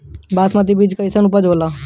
बासमती बीज कईसन उपज होला?